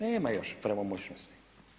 Nema još pravomoćnosti.